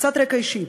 קצת רקע אישי.